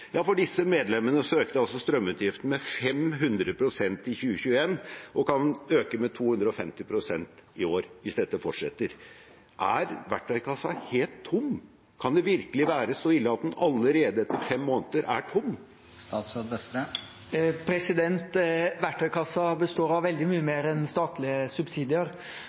for disse medlemmene økte altså strømutgiftene med 500 pst. i 2021 og kan øke med 250 pst. i år hvis dette fortsetter. Er verktøykassen helt tom? Kan det virkelig være så ille at den allerede etter fem måneder er tom? Verktøykassen består av veldig mye mer enn statlige subsidier,